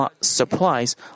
supplies